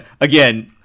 again